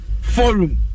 Forum